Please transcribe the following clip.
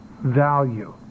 value